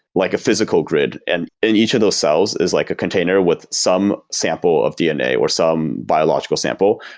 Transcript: like a physical grid. and and each of those cells is like a container with some sample of dna, or some biological sample.